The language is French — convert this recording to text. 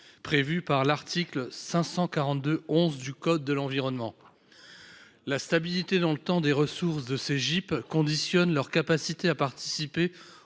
à l’article L. 542 11 du code de l’environnement. La stabilité dans le temps des ressources de ces GIP conditionne leur capacité à participer